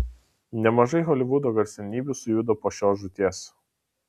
nemažai holivudo garsenybių sujudo po šios žūties